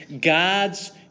God's